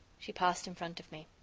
she passed in front of me.